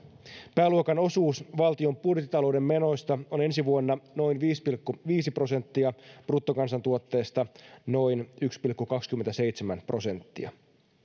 pääluokan osuus valtion budjettitalouden menoista on ensi vuonna noin viisi pilkku viisi prosenttia bruttokansantuotteesta noin yksi pilkku kaksikymmentäseitsemän prosenttia